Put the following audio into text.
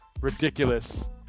ridiculous